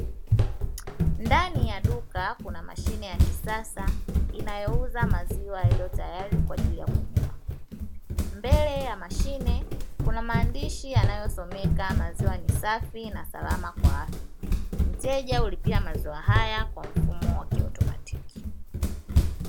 Ndani ya duka kuna mashine inayouza maziwa yaliyo tayari kwa ajili ya kunywa, mbele ya mashine kuna maandishi yanayosomeka maziwa ni safi na salama kwa afya, mteja hulipia maziwa haya kwa mfumo wa kiautomatiki.